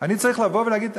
אני צריך לבוא ולהגיד,